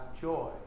joy